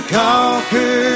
conquer